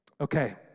okay